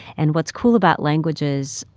and what's cool about languages,